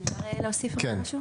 אפשר להוסיף משהו?